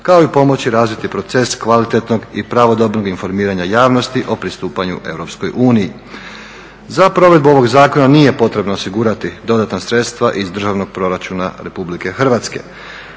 kao i pomoći razviti proces kvalitetnog i pravodobnog informiranja javnosti o pristupanju EU. Za provedbu ovog zakona nije potrebno osigurati dodatna sredstva iz državnog proračuna RH.